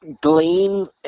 glean